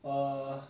哦